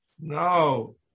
no